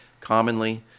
commonly